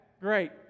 Great